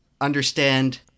understand